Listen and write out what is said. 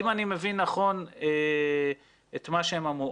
אם אני מבין נכון את מה שנאמר.